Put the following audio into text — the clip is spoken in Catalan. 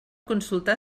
consultar